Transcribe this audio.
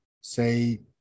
say